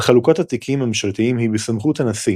אך חלוקת התיקים הממשלתיים היא בסמכות הנשיא,